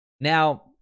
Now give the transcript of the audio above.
Now